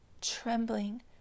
trembling